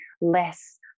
less